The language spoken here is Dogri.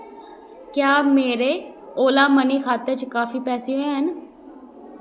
क्या मेरे ओला मनी खाते च काफी पैसे हैन